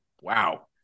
wow